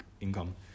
income